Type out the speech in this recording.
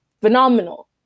phenomenal